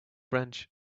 french